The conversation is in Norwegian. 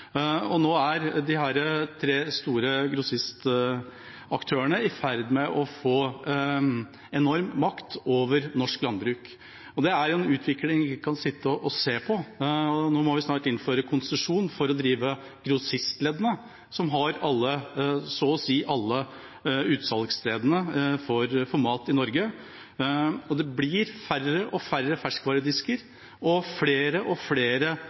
tre store grossistaktørene i ferd med å få en enorm makt over norsk landbruk, og det er en utvikling vi ikke kan sitte og se på. Vi må snart innføre konsesjon for å drive grossistleddene. De tre har så å si alle utsalgsstedene for mat i Norge. Det blir færre og færre ferskvaredisker og flere og flere